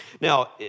Now